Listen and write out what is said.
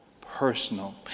personal